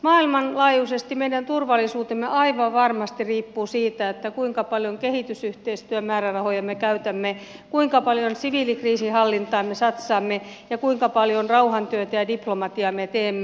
maailmanlaajuisesti meidän turvallisuutemme aivan varmasti riippuu siitä kuinka paljon kehitysyhteistyömäärärahoja me käytämme kuinka paljon siviilikriisinhallintaan me satsaamme ja kuinka paljon rauhantyötä ja diplomatiaa me teemme